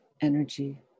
energy